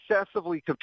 excessively